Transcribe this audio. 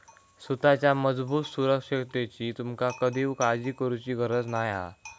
सुताच्या मजबूत सुरक्षिततेची तुमका कधीव काळजी करुची गरज नाय हा